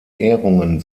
ehrungen